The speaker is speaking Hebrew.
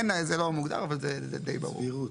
זה לא מוגדר, אבל זה די ברור.